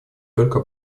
только